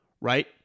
right